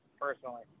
personally